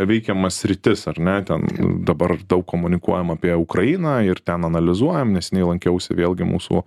veikiamas sritis ar ne ten dabar daug komunikuojama apie ukrainą ir ten analizuojam neseniai lankiausi vėlgi mūsų